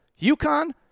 UConn